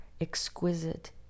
exquisite